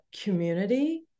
community